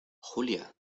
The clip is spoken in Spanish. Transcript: julia